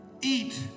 eat